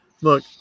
Look